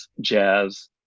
jazz